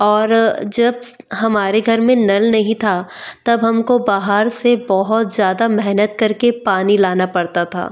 और जब हमारे घर में नल नहीं था तब हमको बाहर से बहुत ज़्यादा मेहनत करके पानी लाना पड़ता था